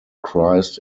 christ